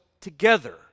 together